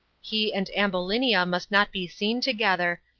he and ambulinia must not be seen together,